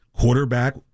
quarterback